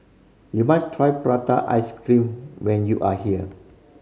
you must try prata ice cream when you are here